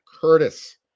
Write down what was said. Curtis